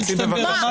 צאי בבקשה.